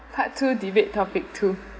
part two debate topic two